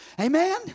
Amen